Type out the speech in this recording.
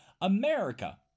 America